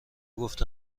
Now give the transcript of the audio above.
گفته